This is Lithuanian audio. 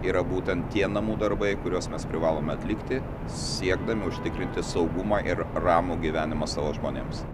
yra būtent tie namų darbai kuriuos mes privalome atlikti siekdami užtikrinti saugumą ir ramų gyvenimą savo žmonėms